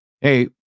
hey